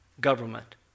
government